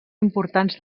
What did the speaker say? importants